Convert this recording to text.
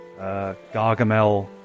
Gargamel